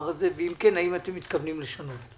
ואם כן, האם מתכוונים לשנות.